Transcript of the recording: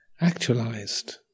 actualized